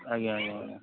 ଆଜ୍ଞା ଆଜ୍ଞା ମ୍ୟାଡ଼ାମ୍